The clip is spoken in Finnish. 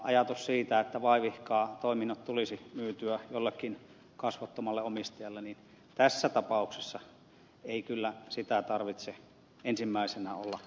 jos ajatellaan että vaivihkaa toiminnot tulisivat myydyiksi jollekin kasvottomalle omistajalle niin tässä tapauksessa ei kyllä sitä tarvitse ensimmäisenä olla pelkäämässä